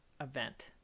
event